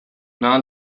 non